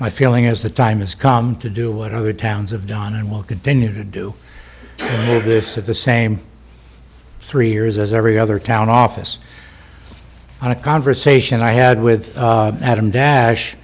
my feeling is the time has come to do what other towns have done and we'll continue to do this at the same three years as every other town office on a conversation i had with adam dash